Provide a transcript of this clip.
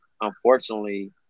unfortunately